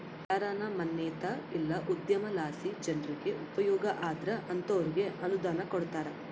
ಯಾರಾನ ಮನ್ಸೇತ ಇಲ್ಲ ಉದ್ಯಮಲಾಸಿ ಜನ್ರಿಗೆ ಉಪಯೋಗ ಆದ್ರ ಅಂತೋರ್ಗೆ ಅನುದಾನ ಕೊಡ್ತಾರ